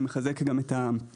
ואני מחזק גם את המלונות.